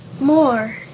more